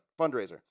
fundraiser